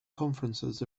conferences